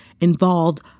involved